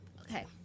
Okay